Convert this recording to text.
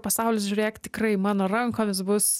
pasaulis žiūrėk tikrai mano rankomis bus